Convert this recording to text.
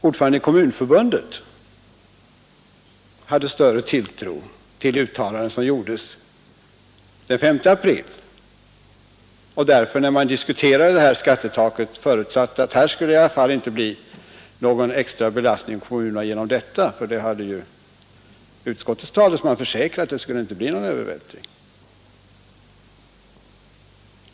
Ordföranden i Kommunförbundet hade större tilltro är jag till de uttalanden som gjordes den 5 april. När frågan om skattetaket diskuterades hade han anledning att förutsätta att det inte skulle bli någon extra belastning på kommunerna, ty utskottets talesman hade försäkrat att det inte skulle bli någon övervältring.